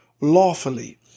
lawfully